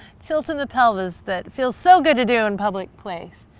tilt in the pelvis that feels so good to do in public place.